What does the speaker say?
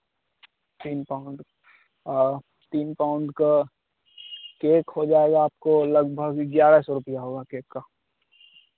तीन पाउंड आ तीन पाउंड का केक हो जाएगा आपको लगभग ग्यारह सौ रुपये होगा केक का